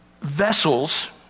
vessels